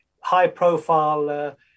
high-profile